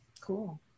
Cool